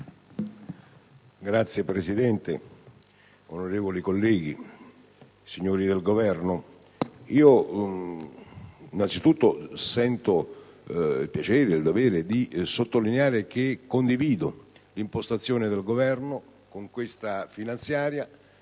Signor Presidente, onorevoli colleghi, signori del Governo, sento innanzitutto il piacere e il dovere di sottolineare che condivido l'impostazione che il Governo dà a questa finanziaria,